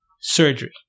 surgery